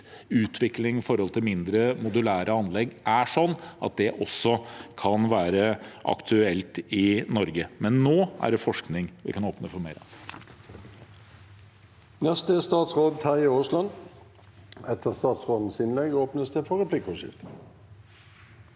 utviklingen av mindre, modulære anlegg er slik at det også kan være aktuelt i Norge. Men nå er det forskning vi kan åpne for mer av.